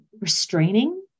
restraining